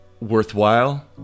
Worthwhile